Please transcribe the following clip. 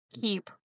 keep